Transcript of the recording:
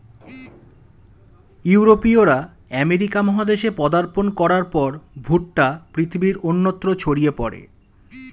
ইউরোপীয়রা আমেরিকা মহাদেশে পদার্পণ করার পর ভুট্টা পৃথিবীর অন্যত্র ছড়িয়ে পড়ে